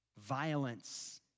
violence